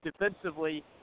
Defensively